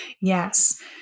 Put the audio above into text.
Yes